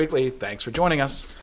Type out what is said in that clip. weekly thanks for joining us